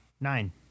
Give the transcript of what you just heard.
Nine